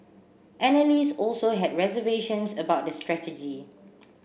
analysts also had reservations about the strategy